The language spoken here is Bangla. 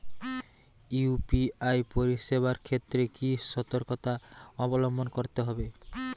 ইউ.পি.আই পরিসেবার ক্ষেত্রে কি সতর্কতা অবলম্বন করতে হবে?